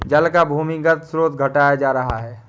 जल का भूमिगत स्रोत घटता जा रहा है